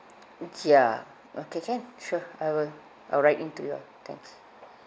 mm ya okay can sure I will I will write in to you all thanks